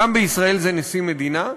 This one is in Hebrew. גם בישראל זה נשיא מדינה,